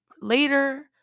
later